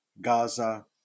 Gaza